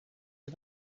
you